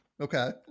Okay